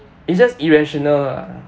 it's just irrational lah